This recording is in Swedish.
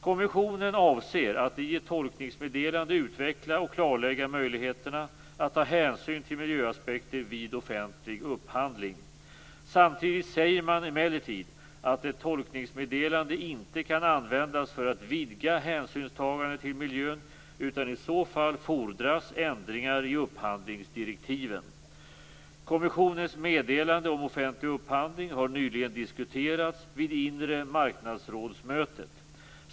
Kommissionen avser att i ett tolkningsmeddelande utveckla och klarlägga möjligheterna att ta hänsyn till miljöaspekter vid offentlig upphandling. Samtidigt säger man emellertid att ett tolkningsmeddelande inte kan användas för att vidga hänsynstagande till miljön, utan i så fall fordras ändringar i upphandlingsdirektiven. Kommissionens meddelande om offentlig upphandling har nyligen diskuterats vid inre marknadsrådsmötet.